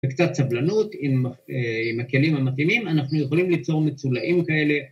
‫וקצת סבלנות עם הכלים המתאימים, ‫אנחנו יכולים ליצור מצולעים כאלה...